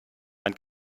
man